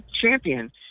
champion